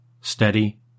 steady